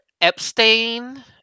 Epstein